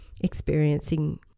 experiencing